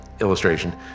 illustration